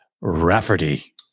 Rafferty